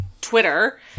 Twitter